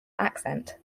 accent